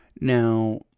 Now